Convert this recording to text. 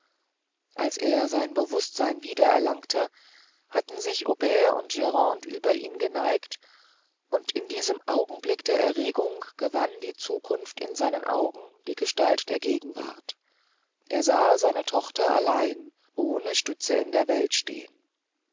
als er sein bewußtsein wieder erlangte hatten sich aubert und grande über ihn geneigt und in diesem augenblick der erregung gewann die zukunft in seinen augen die gestalt der gegenwart er sah seine tochter allein ohne stütze in der welt stehen